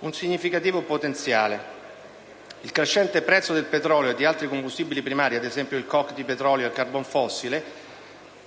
un significativo potenziale. Il crescente prezzo del petrolio e di altri combustibili primari (ad esempio, il *coke* di petrolio e il carbone fossile),